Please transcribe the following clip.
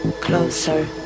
Closer